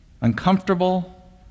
Uncomfortable